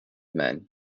men